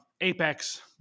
apex